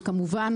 וכמובן,